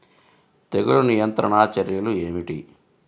తెగులు నియంత్రణ చర్యలు ఏమిటి?